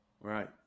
Right